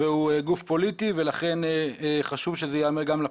והוא גוף פוליטי ולכן חשוב שזה ייאמר גם לפרוטוקול.